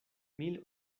mil